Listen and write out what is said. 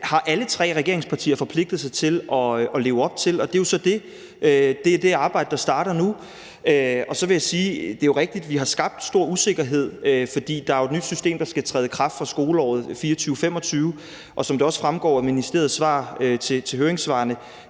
har alle tre regeringspartier forpligtet sig til at leve op til, og det er jo så det arbejde, der starter nu. Så vil jeg sige, at det er rigtigt, at vi har skabt stor usikkerhed, for der er jo et nyt system, der skal træde i kraft fra skoleåret 2024/25, og som det også fremgår af ministeriets svar til høringssvarene,